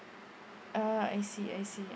uh I see I see